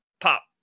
pop